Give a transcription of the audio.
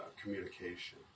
communication